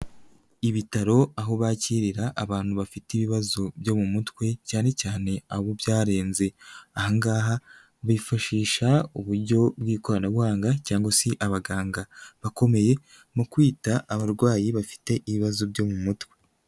Ibitaro aho bakirira abantu bafite ibibazo byo mu mutwe cyane cyane abo byarenze, aha ngaha bifashisha uburyo bw'ikoranabuhanga cyangwa se abaganga bakomeye mu kwita abarwayi bafite ibibazo byo mu mutwe.